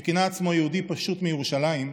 שכינה עצמו "יהודי פשוט מירושלים"